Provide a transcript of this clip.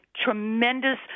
tremendous